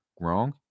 wrong